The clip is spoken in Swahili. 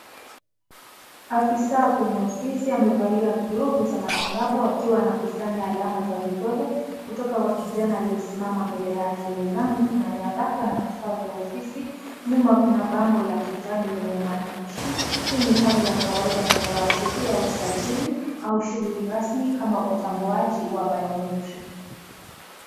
Afisa kwenye ofisi, amevalia glovu za matibabu akiwa anakusanya alama za vidole, kutoka kwa kijana aliyesimama mbele yake, mezani kuna nyaraka na vifaa vya ofisi, nyuma kuna bango la kijani lenye maandishi, hii ni hali ya kawaida anayoashiria usajili, au shuguli rasmi, kama utambuaji, wa (cs)biometric (cs).